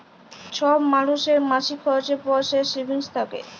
ছব মালুসের মাসিক খরচের পর যে সেভিংস থ্যাকে